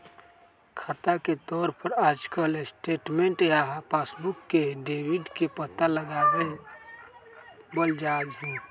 खाता के तौर पर आजकल स्टेटमेन्ट या पासबुक से डेबिट के पता लगावल जा हई